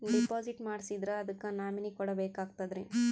Deposit ಮಾಡ್ಸಿದ್ರ ಅದಕ್ಕ nominee ಕೊಡಬೇಕಾಗ್ತದ್ರಿ?